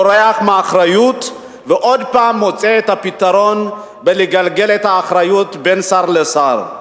בורח מאחריות ועוד פעם מוצא את הפתרון בלגלגל את האחריות בין שר לשר.